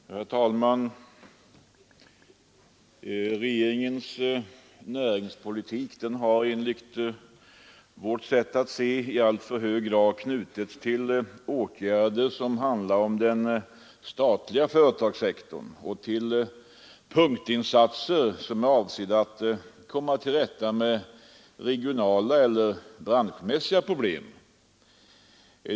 Herr talman! Regeringens näringspolitik har enligt vårt sätt att se i alltför hög grad knutits till åtgärder inom den statliga företagssektorn och till punktinsatser, avsedda att komma till rätta med regionala eller branschmässiga problem.